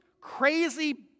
crazy